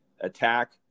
attack